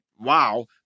wow